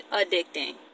addicting